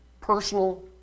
personal